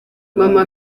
mama